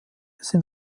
sind